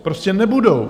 Prostě nebudou!